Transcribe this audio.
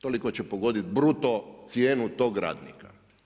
Toliko će pogoditi bruto cijenu tog radnika.